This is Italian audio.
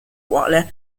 quale